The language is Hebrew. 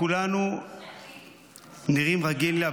כולם נראים פה רגילים,